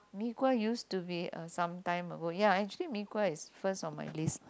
mee-kuah used to be uh sometime ah but ya actually mee-kuah is first on my list